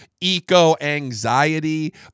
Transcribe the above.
eco-anxiety